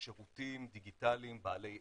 שירותים דיגיטליים בעלי ערך.